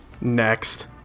Next